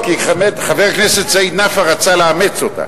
חבר הכנסת סעיד נפאע רצה לאמץ אותה.